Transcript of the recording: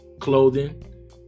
Clothing